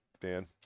Dan